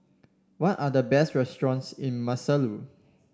what are the best restaurants in Maseru